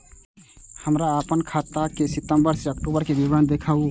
हमरा अपन खाता के सितम्बर से अक्टूबर के विवरण देखबु?